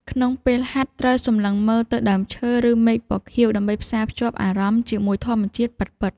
ក្នុងពេលហាត់ ត្រូវសម្លឹងមើលទៅដើមឈើ ឬមេឃពណ៌ខៀវ ដើម្បីផ្សារភ្ជាប់អារម្មណ៍ជាមួយធម្មជាតិពិតៗ។